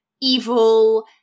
evil